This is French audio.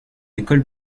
école